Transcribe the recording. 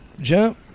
jump